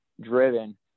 driven